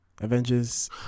Avengers